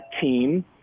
team